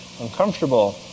uncomfortable